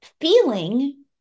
feeling